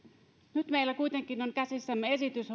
nyt meillä kuitenkin on käsissämme esitys